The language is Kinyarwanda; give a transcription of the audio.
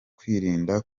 kwirinda